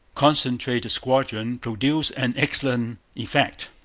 concentrated squadron produced an excellent effect.